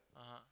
(uh huh)